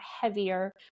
heavier